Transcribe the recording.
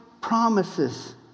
promises